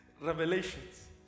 Revelations